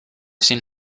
seen